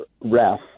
ref